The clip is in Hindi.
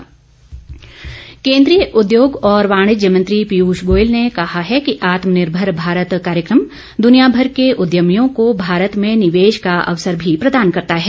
गोयल आत्मनिर्मर केन्द्रीय उद्योग और वाणिज्य मंत्री पीयूष गोयल ने कहा कि आत्मनिर्भर भारत कार्यक्रम दुनियाभर के उद्यभियों को भारत में निवेश का अवसर भी प्रदान करता है